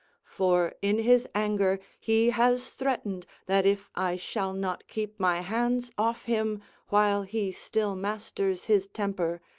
for in his anger he has threatened that if i shall not keep my hands off him while he still masters his temper,